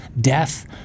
death